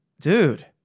Dude